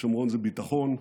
השומרון זה ביטחון,